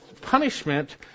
punishment